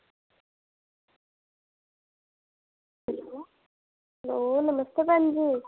hello नमस्ते भैन जी